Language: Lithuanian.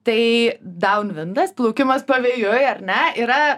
tai doun vindas plaukimas pavėjui ne yra